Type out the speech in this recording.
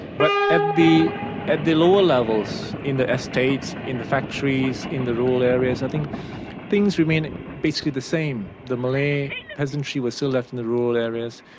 but at the at the lower levels, in the estates, in the factories, in the rural areas, i think things remained basically the same, the malay peasantry was still left in the rural areas,